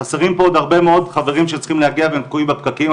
חסרים פה עוד הרבה מאוד אנשים שהיו צריכים להגיע והם תקועים בפקקים,